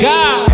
God